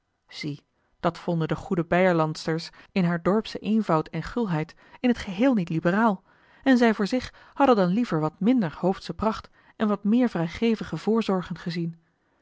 zie dat vonden de goede beierlandsters in haar dorpschen eenvoud en gulheid in t geheel niet liberaal en zij voor zich hadden dan liever wat minder hoofdsche pracht en wat meer vrijgevige voorzorgen gezien